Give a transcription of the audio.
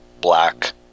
black